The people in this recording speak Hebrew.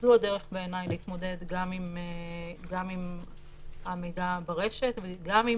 זו בעיניי הדרך להתמודד עם המידע ברשת וגם עם